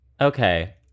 Okay